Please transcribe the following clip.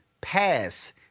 pass